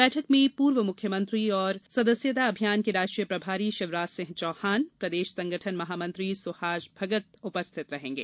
बैठक में पूर्व मुख्यमंत्री एवं सदस्यता अभियान के राष्ट्रीय प्रभारी शिवराजसिंह चौहान प्रदेश संगठन महामंत्री सुहास भगत उपस्थित रहेंगे